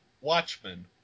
Watchmen